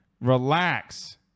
Relax